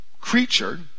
creature